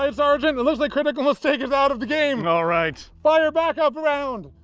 um sargent it looks like critical mistake is out of the game! all right! fire back-up round!